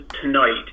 tonight